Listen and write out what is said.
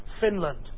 Finland